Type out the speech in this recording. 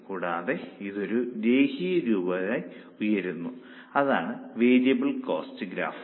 കൂടാതെ ഇതൊരു രേഖീയ രൂപമായി ഉയരുന്നു അതാണ് വേരിയബിൾ കോസ്റ്റ് ഗ്രാഫ്